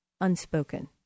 unspoken